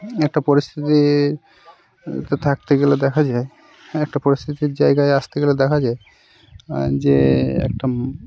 একটা পরিস্থিতি এ তে থাকতে গেলে দেখা যায় একটা পরিস্থিতির জায়গায় আসতে গেলে দেখা যায় যে একটা